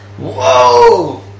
Whoa